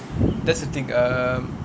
that's the thing um